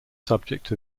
subject